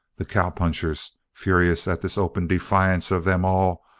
the cowpunchers, furious at this open defiance of them all,